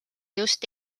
just